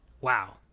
wow